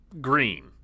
green